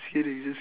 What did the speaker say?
just kidding just